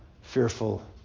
fearful